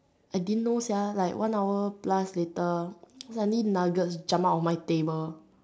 I didn't know sia like one hour plus later suddenly nuggets jump out of my table